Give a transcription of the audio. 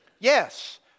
Yes